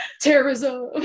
Terrorism